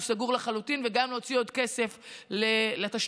הוא יהיה סגור לחלוטין,